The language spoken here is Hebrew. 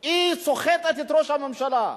סוחטת את ראש הממשלה,